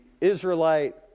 Israelite